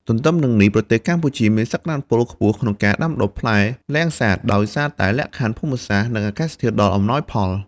ទន្ទឹមនឹងនេះប្រទេសកម្ពុជាមានសក្ដានុពលខ្ពស់ក្នុងការដាំដុះផ្លែលាំងសាត ដោយសារតែលក្ខខណ្ឌភូមិសាស្ត្រ និងអាកាសធាតុដ៏អំណោយផល។